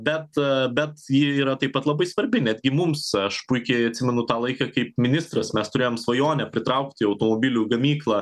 bet bet ji yra taip pat labai svarbi netgi mums aš puikiai atsimenu tą laiką kaip ministras mes turėjom svajonę pritraukti automobilių gamyklą